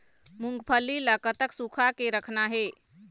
मूंगफली ला कतक सूखा के रखना हे?